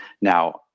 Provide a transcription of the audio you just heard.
Now